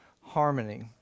Harmony